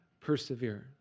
persevere